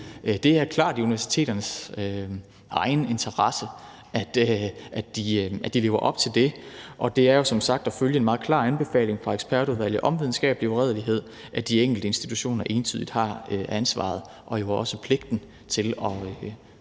Det er klart i universiteternes egen interesse, at de lever op til det. Det er jo som sagt at følge en meget klar anbefaling fra ekspertudvalget om videnskabelig uredelighed, at de enkelte institutioner entydigt har ansvaret og jo også pligten til at sørge